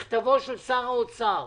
מכתבו של שר האוצר,